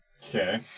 Okay